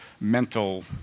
mental